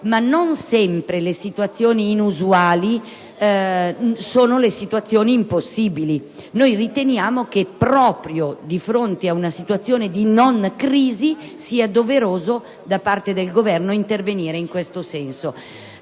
ma non sempre le situazioni inusuali sono situazioni impossibili. Riteniamo che, proprio di fronte ad una situazione di non crisi, sia doveroso che il Governo intervenga in tal senso.